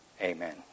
Amen